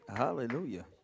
Hallelujah